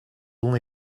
only